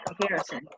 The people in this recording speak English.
comparison